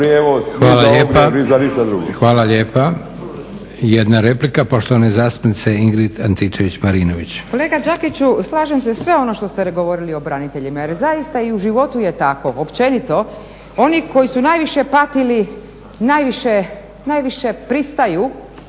Hvala lijepa. Jedna replika poštovane kolegice Ingrid Antičević-Marinović.